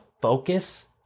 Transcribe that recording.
focus